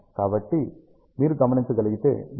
కాబట్టి మీరు గమనించగలిగితే మీ సిగ్నల్ 0